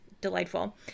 delightful